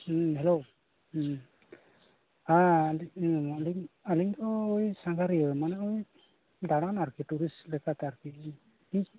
hello ᱦᱮᱸ ᱟᱹᱞᱤᱧ ᱫᱚ ᱳᱭ ᱥᱟᱸᱜᱷᱟᱨᱤᱭᱟᱹ ᱢᱟᱱᱮ ᱳᱭ ᱫᱟᱲᱟᱱ ᱟᱨᱠᱤ ᱴᱩᱨᱤᱥᱴ ᱞᱮᱠᱟᱛᱮ ᱟᱨᱠᱤ